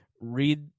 read